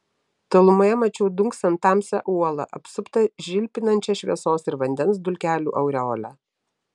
tolumoje mačiau dunksant tamsią uolą apsuptą žilpinančia šviesos ir vandens dulkelių aureole